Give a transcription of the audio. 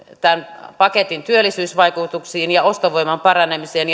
tämän paketin työllisyysvaikutuksiin ja ostovoiman paranemiseen